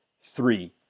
Three